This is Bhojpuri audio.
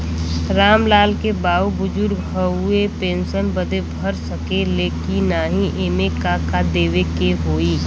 राम लाल के बाऊ बुजुर्ग ह ऊ पेंशन बदे भर सके ले की नाही एमे का का देवे के होई?